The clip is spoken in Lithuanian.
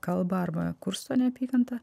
kalbą arba kursto neapykantą